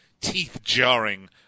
teeth-jarring